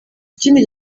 ikindi